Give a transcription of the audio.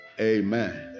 amen